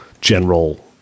general